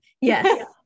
Yes